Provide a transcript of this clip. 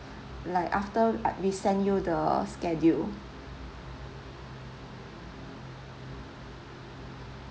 like after we send you the schedule